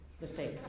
Mistake